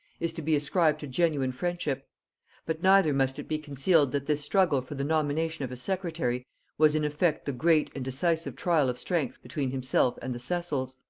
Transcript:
is to be ascribed to genuine friendship but neither must it be concealed that this struggle for the nomination of a secretary was in effect the great and decisive trial of strength between himself and the cecils.